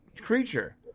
creature